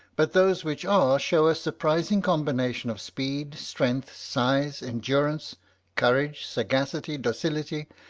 but those which are show a surprising combination of speed, strength, size, endurance, courage, sagacity, docility,